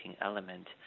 element